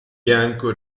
bianco